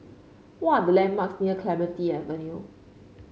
what are the landmarks near Clementi Avenue